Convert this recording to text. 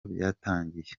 byatangiye